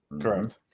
Correct